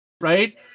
right